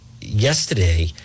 yesterday